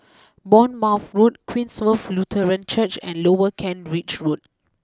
Bournemouth Road Queenstown Lutheran Church and Lower Kent Ridge Road